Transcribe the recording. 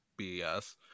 BS